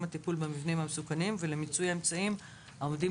הטיפול במבנים המסוכנים ולמיצוי האמצעים העומדים